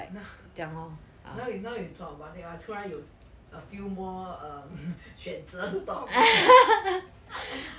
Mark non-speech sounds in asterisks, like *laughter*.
*laughs* you know you know you talk about ya 突然有 a few more um 选择 to talk about *laughs*